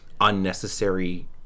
Unnecessary